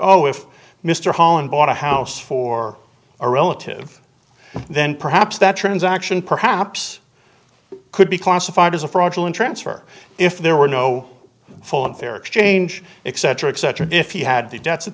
oh if mr holland bought a house for a relative then perhaps that transaction perhaps could be classified as a fraudulent transfer if there were no full and fair exchange eccentrics uttered if you had the debts at